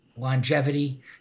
longevity